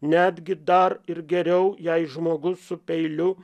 netgi dar ir geriau jei žmogus su peiliu